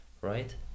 Right